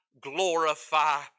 glorify